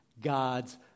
God's